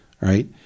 right